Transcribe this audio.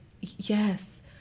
yes